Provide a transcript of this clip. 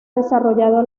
desarrollado